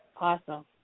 Awesome